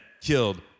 killed